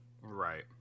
Right